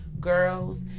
girls